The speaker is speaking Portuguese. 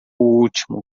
último